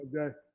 okay